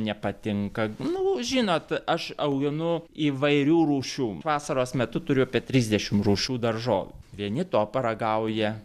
nepatinka nu žinot aš auginu įvairių rūšių vasaros metu turiu apie trisdešimt rūšių daržovių vieni to paragauja